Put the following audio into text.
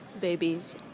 Babies